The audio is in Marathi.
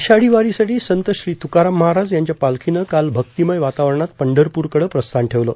आषाढी वारीसाठी संत श्री तुकाराम महाराज यांच्या पालखीनं काल भक्तिमय वातावरणात पंढरप्रकडे प्रस्थान ठेवले